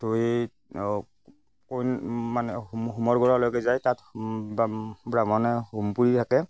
ধুই কৈ মানে হোম হোমৰ গুৰলৈকে যায় তাত ব্ৰাহ্মণে হোম পুৰি থাকে